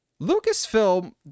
Lucasfilm